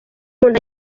umuntu